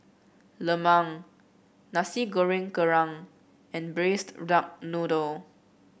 Lemang Nasi Goreng Kerang and Braised Duck Noodle